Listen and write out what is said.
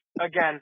again